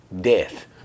death